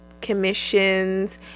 commissions